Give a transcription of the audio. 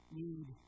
need